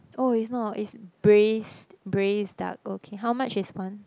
oh it's not is braised braised duck okay how much is one